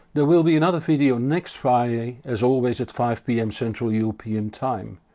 there will be another video next friday, as always at five pm central european time.